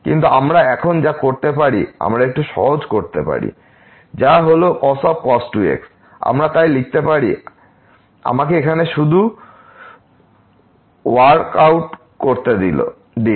কিন্তু আমরা এখন যা করতে পারি আমরা একটু সহজ করতে পারি যা হল cos 2x আমরা তাই লিখতে পারি আমাকে এখানে শুধু ওয়ারকাউট করতে দিন